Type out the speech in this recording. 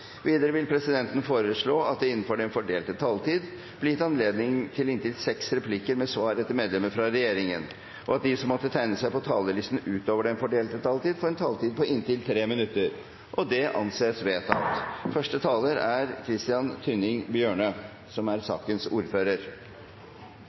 Videre vil presidenten foreslå at det – innenfor den fordelte taletid – blir gitt anledning til inntil seks replikker med svar etter innlegg fra medlemmer av regjeringen, og at de som måtte tegne seg på talerlisten utover den fordelte taletid, får en taletid på inntil 3 minutter. – Det anses vedtatt. Da er